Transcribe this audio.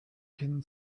can